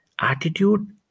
Attitude